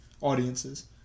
audiences